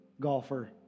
golfer